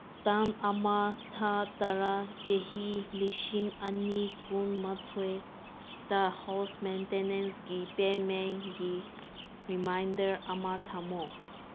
ꯇꯥꯡ ꯑꯃ ꯊꯥ ꯇꯔꯥ ꯆꯍꯤ ꯂꯤꯁꯤꯡ ꯑꯅꯤ ꯀꯨꯟꯃꯥꯊꯣꯏꯇ ꯍꯥꯎꯁ ꯃꯦꯟꯇꯦꯅꯦꯟꯁꯒꯤ ꯄꯦꯃꯦꯟꯒꯤ ꯔꯤꯃꯥꯏꯟꯗꯔ ꯑꯃ ꯊꯝꯃꯨ